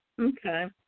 Okay